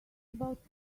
about